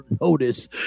notice